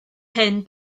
hen